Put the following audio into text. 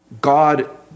God